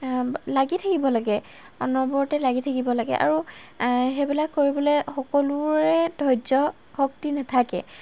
লাগি থাকিব লাগে অনবৰতে লাগি থাকিব লাগে আৰু সেইবিলাক কৰিবলৈ সকলোৰে ধৈৰ্য্য় শক্তি নাথাকে